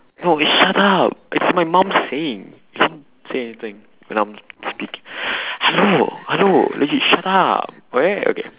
no wait shut up it's my mum's saying don't say anything when I'm speaking hello hello legit shut up alright okay